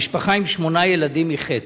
"משפחה עם שמונה ילדים היא חטא"